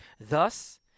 Thus